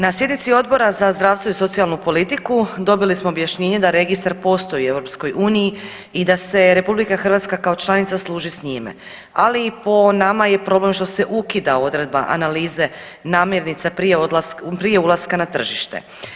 Na sjednici Odbora za zdravstvo i socijalnu politiku dobili smo objašnjenje da registar postoji u EU i da se RH kao članica služi s njime, ali i po nama je problem što se ukida odredba analize namirnica prije odlaska, prije ulaska na tržište.